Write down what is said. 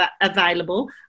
available